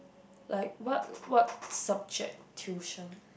like what what subject tuition